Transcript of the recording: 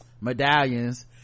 medallions